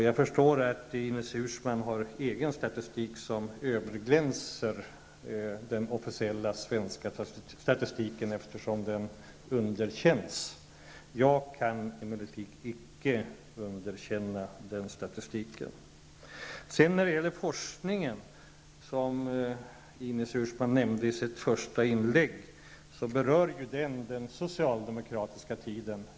Jag förstår att Ines Uusmann har egen statistik, som överglänser den officiella svenska statistiken, eftersom denna underkänns. Jag kan emellertid icke underkänna den statistiken. Ines Uusmann nämnde i sitt första inlägg också forskningen, som berör den socialdemokratiska tiden.